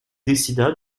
décida